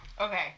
okay